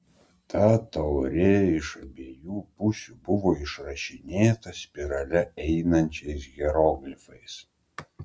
ta taurė iš abiejų pusių buvo išrašinėta spirale einančiais hieroglifais